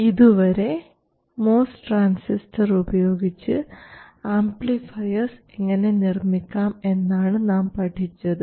ഇതുവരെ MOS transistor ഉപയോഗിച്ച് amplifiers എങ്ങനെ നിർമ്മിക്കാം എന്നാണ് നാം പഠിച്ചത്